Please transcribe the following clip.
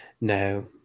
No